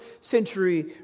century